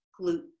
glute